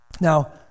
Now